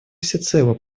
всецело